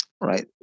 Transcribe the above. Right